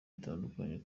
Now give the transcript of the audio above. gitangaje